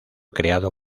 creado